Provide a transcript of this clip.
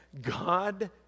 God